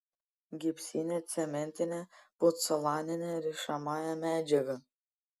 gipsinę cementinę pucolaninę rišamąją medžiagą